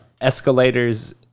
escalators